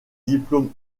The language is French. diplômes